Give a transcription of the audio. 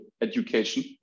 education